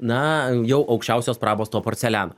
na jau aukščiausios prabos to porceliano